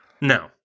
No